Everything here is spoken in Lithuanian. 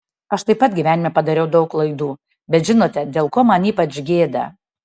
aš taip pat gyvenime padariau daug klaidų bet žinote dėl ko man ypač gėda